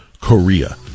Korea